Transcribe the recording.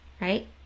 right